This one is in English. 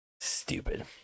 Stupid